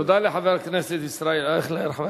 תודה לחבר הכנסת ישראל אייכלר.